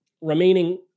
remaining